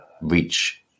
reach